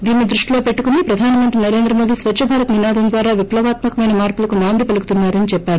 దీనిని దృష్టిలో పెట్లుకుని ప్రధాన మంత్రి నరేంద్ర మోదీ స్వచ్చభారత్ నినాదం ద్వారా విప్పవాత్మ కమైన మార్పులకు నాంది పలుకుతున్నా రని చెప్పారు